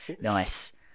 Nice